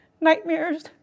nightmares